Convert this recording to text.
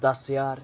दस ज्हार